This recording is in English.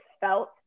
felt